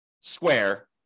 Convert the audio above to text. square